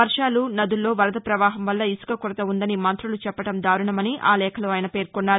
వర్షాలు నదుల్లో వరద పవాహం వల్ల ఇసుక కౌరత ఉందని మంతులు చెప్పడం దారుణమని లేఖలో ఆయన పేర్కొన్నారు